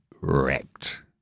wrecked